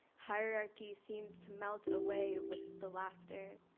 hierarchy's seems to melt away with the laughter.